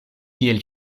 kiel